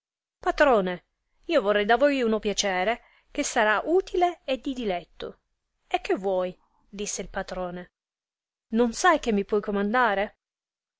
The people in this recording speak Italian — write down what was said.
patrone io vorrei da voi uno piacere che sarà utile e di diletto e che vuoi disse il patrone non sai che mi puoi comandare